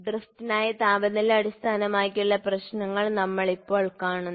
ഡ്രിഫ്റ്റിനായി താപനില അടിസ്ഥാനമാക്കിയുള്ള പ്രശ്നങ്ങൾ ഞങ്ങൾ ഇപ്പോൾ കാണുന്നു